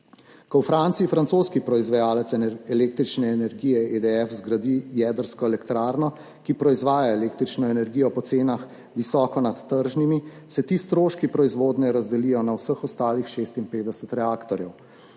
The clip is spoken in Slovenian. Ko v Franciji francoski proizvajalec električne energije EDF zgradi jedrsko elektrarno, ki proizvaja električno energijo po cenah visoko nad tržnimi, se ti stroški proizvodnje razdelijo na vseh ostalih 56 reaktorjev